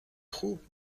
خوب